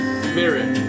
spirit